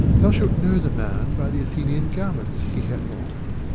thou shalt know the man by the athenian garments he hath on.